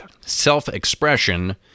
self-expression